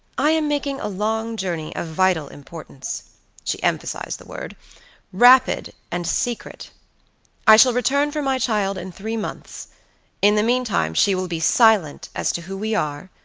i am making a long journey of vital importance she emphasized the word rapid and secret i shall return for my child in three months in the meantime, she will be silent as to who we are,